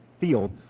field